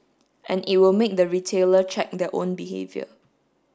and it will make the retailer check their own behaviour